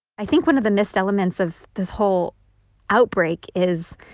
i think one of the missed elements of this whole outbreak is,